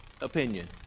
opinion